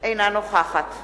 אינה נוכחת